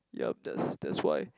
yup that's that's why